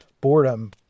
boredom